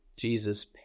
Jesus